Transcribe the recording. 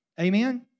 Amen